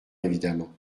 évidemment